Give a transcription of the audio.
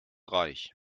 reich